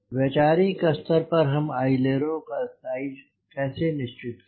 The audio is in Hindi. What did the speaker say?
वैचारिक स्तर पर हमअइलेरों का साइज कैसे निश्चित करें